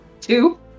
Two